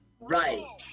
right